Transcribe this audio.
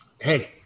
Hey